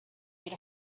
made